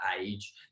age